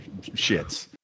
shits